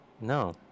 No